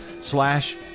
slash